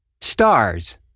stars